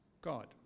God